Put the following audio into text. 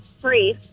Free